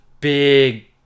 big